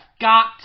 got